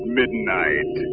midnight